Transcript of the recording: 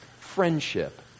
friendship